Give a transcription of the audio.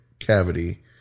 cavity